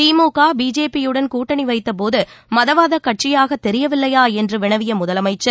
திமுக பிஜேபியுடன் கூட்டணி வைத்த போது மதவாதக் கட்சியாக தெரியவில்லையா என்று வினவிய முதலமைச்சர்